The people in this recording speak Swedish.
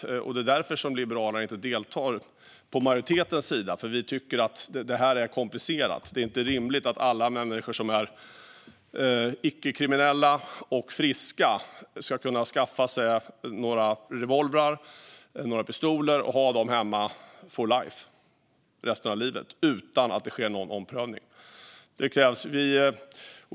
Det är därför som Liberalerna inte deltar på majoritetens sida eftersom vi tycker att dessa frågor är komplicerade. Det är inte rimligt att alla människor som är icke-kriminella och friska ska kunna skaffa sig revolvrar och pistoler och ha dem hemma for life, resten av livet, utan att det sker en omprövning.